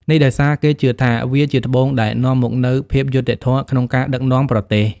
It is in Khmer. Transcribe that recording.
នេះដោយសារគេជឿថាវាជាត្បូងដែលនាំមកនូវភាពយុត្តិធម៌ក្នុងការដឹកនាំប្រទេស។